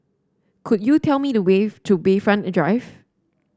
could you tell me the way to Bayfront Drive